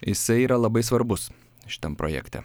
jisai yra labai svarbus šitam projekte